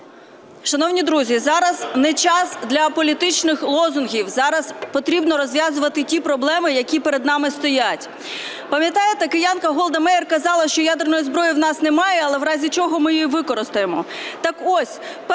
Шановні друзі, зараз не час для політичних лозунгів, зараз потрібно розв'язувати ті проблеми, які перед нами стоять. Пам'ятаєте, киянка Голда Меїр казала, що ядерної зброї у нас немає, але в разі чого ми її використаємо.